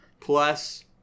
plus